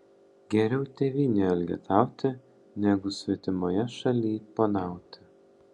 geriau tėvynėje elgetauti negu svetimoje šalyj ponauti